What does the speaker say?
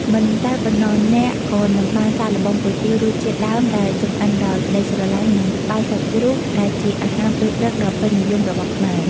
មិនតែប៉ុណ្ណោះ អ្នកក៏នឹងបានសាកល្បង គុយទាវ រសជាតិដើមដែលចម្អិនដោយក្ដីស្រឡាញ់ និង បាយសាច់ជ្រូក ដែលជាអាហារពេលព្រឹកដ៏ពេញនិយមរបស់ខ្មែរ។